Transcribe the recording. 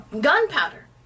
gunpowder